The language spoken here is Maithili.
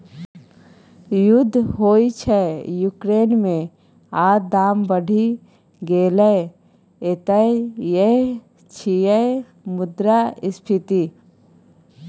युद्ध होइ छै युक्रेन मे आ दाम बढ़ि गेलै एतय यैह छियै मुद्रास्फीति